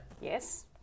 Yes